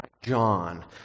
John